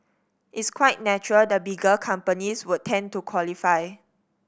it's quite natural the bigger companies would tend to qualify